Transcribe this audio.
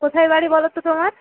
কোথায় বাড়ি বলো তো তোমার